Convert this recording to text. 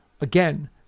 Again